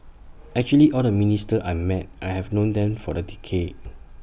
actually all the ministers I met I have known them for A decade